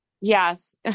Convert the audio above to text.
yes